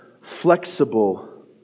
flexible